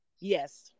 Yes